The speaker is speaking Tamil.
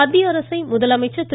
மத்திய அரசை முதலமைச்சர் திரு